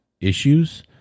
issues